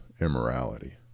immorality